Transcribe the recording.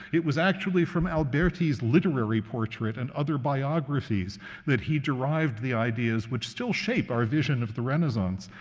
it was actually from alberti's literary portrait and other biographies that he derived the ideas which still shape our vision of the renaissance,